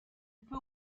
peut